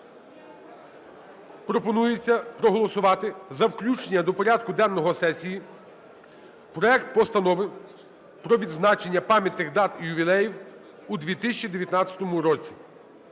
Пропонується проголосувати за включення до порядку денного сесії проекту Постанови про відзначення пам'ятних дат і ювілеїв у 2019 році